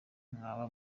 mwaba